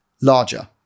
larger